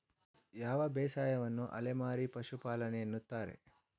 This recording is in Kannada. ಯಾವ ಬೇಸಾಯವನ್ನು ಅಲೆಮಾರಿ ಪಶುಪಾಲನೆ ಎನ್ನುತ್ತಾರೆ?